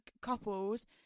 couples